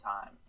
time